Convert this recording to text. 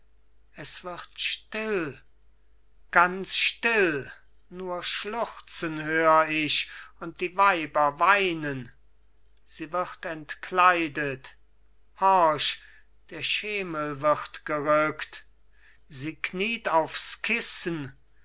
es wird still ganz still nur schluchzen hör ich und die weiber weinen sie wird entkleidet horch der schemel wird gerückt sie kniet aufs kissen